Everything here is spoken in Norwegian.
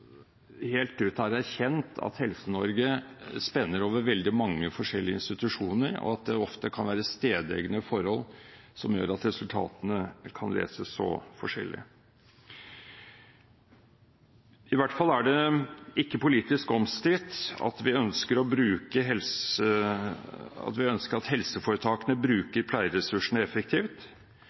helt ut har erkjent at Helse-Norge spenner over veldig mange forskjellige institusjoner, og at det ofte kan være stedegne forhold, som gjør at resultatene kan leses så forskjellig. Det er i hvert fall ikke politisk omstridt at vi ønsker at helseforetakene bruker pleieressursene effektivt, at